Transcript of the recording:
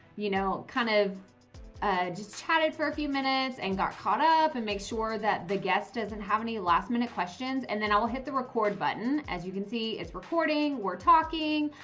you know, kind of just chatted for a few minutes and got caught up and make sure that the guest doesn't have any last minute questions. and then i will hit the record button. as you can see, it's recording, we're talking,